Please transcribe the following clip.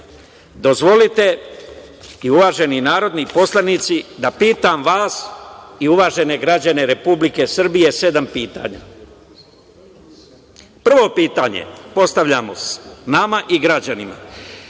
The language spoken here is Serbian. dozvolite i uvaženi narodni poslanici da pitam vas i uvažene građane Republike Srbije sedam pitanja. Prvo pitanje postavljamo nama i građanima